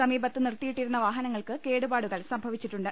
സമീപത്ത് നിർത്തി യിട്ടിരുന്ന വാഹനങ്ങൾക്ക് കേടുപാടുകൾ സ്ംഭവിച്ചിട്ടുണ്ട്